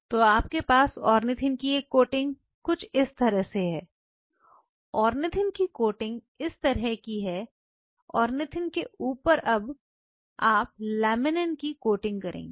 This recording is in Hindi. तो आपके पास ऑर्निथिन की एक कोटिंग कुछ इस तरह से है ऑर्निथिन की कोटिंग इस तरह की है ऑर्निथिन के ऊपर आप लेमिनेन की कोटिंग करेंगे